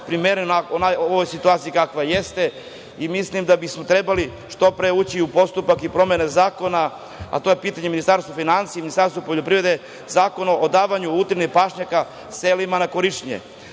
primereni ovoj situaciji kakva jeste i mislim da bismo trebali što pre ući u postupak i promene zakona, a to je pitanje Ministarstva finansija, Ministarstva poljoprivrede, Zakona o davanju utrina i pašnjaka selima na korišćenje.